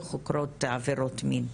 וגם חוקרות עבירות מין.